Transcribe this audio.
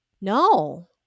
No